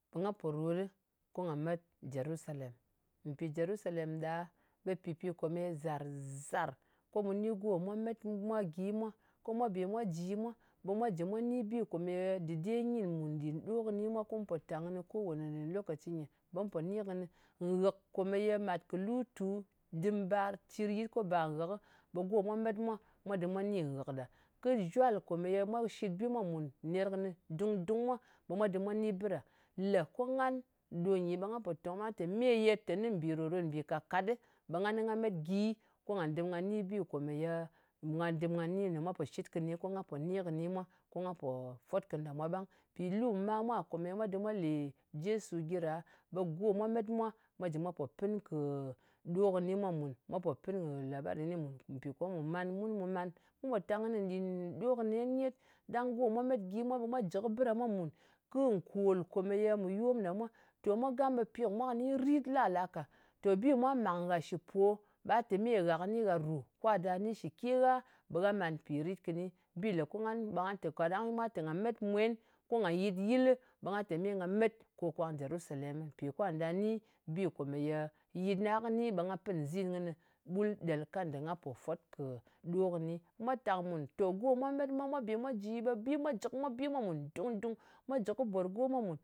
Nga pò rot ɗɨ ko nga met jerusalem. Mpì jerusalem ɗa ɓe pɨpi kòmeye zàr-zàr. Ko mu ni go mwa met mwa gyi mwa, ko mwa bè mwa ji mwa, ɓe mwa jɨ mwa ni bi kòmèye dɨde nyìn mùn nɗin ɗo kɨni mwa kum pò tang kɨnɨ kowane lokaci nyɨ ɓe mu pò ni kɨnɨ. Nghɨk kòmeye mat kɨ lutu dɨm bar, cir yit ko bar nghɨkɨ, ɓe go mwa met mwa dɨm mwa ni nghɨk ɗa. Kɨ zhwal komeye mwa shit bi mwa mùn ner kɨnɨ dung-dung mwa, ɓe mwa dɨm mwa ni bɨ ɗa. Le ko ngan ɗo nyi ɓe nga pò tong ɓa tè me ye mbì ròt-ròt mbì kàt-kàt ɗɨ, ɓe ngani nga met gyi, ko nga dɨm nga ni bi komeye nga dɨm nga ni komeye mwa pò shit kɨnɨ, ko nga pò ni kɨni mwa, ko nga pò fwot kɨnɨ ɗa mwa ɓang. Lu kɨ ma mwa me mwa dɨm mwa lè jesu gyi ɗa, ɓe go mwa met mwa, mwa jɨ mwa pò pɨn kɨ ɗo kɨni mwa mùn. Mwa pò pɨn kɨ labari kɨni mwa mùn mpì ko mù man. Mun mū man tang kɨnɨ nɗin ɗo kɨ nen nyet, ɗang go mwa met gyi mwa, ɓe mwa jɨ kɨ bɨ ɗa mwa mùn. Kɨ nkòl komeye mɨ yom ɗa mwa. To mwa gam ɓe pi kɨ mwa kɨni rit la-lā ka. Bi mwa màng ghà shɨ po ɓa te me gha kɨni gha rù ka da ni shɨ ke gha ɓe gha man pi rit kɨni. Bi lē ko kaɗang mwa tē nga met mwen, ko nga yɨt yɨl, ɓa tē me nga met ko kwang jerusalemɨ. Mpì kwà nɗa ni bi komeye yɨt na kɨ ni ɓe nga pɨn nzin kɨnɨ ɓul ɗel kanda nga pò fwot kɨ ɗo kɨni. Mwa tàng mùn. Tò go mwa met mwa ko mwa bē mwa ji, ɓe bi mwa bè mwa jɨ kɨ bi mwa mùn dung-dung. Mwa jɨ kɨ borgo mwa mùn